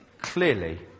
clearly